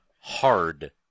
hard